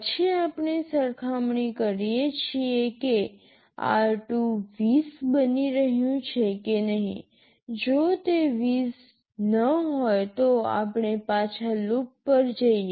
પછી આપણે સરખામણી કરીએ છીએ કે r2 ૨૦ બની રહ્યું છે કે નહીં જો તે ૨૦ ન હોય તો આપણે પાછા લૂપ પર જઈએ